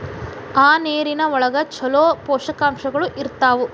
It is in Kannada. ಆ ನೇರಿನ ಒಳಗ ಚುಲೋ ಪೋಷಕಾಂಶಗಳು ಇರ್ತಾವ